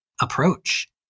approach